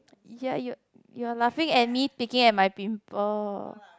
ya you're you're laughing at me picking at my pimple